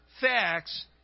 facts